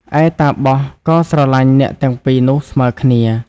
ឯតាបសក៏ស្រឡាញ់ អ្នកទាំងពីរនោះស្មើគ្នា។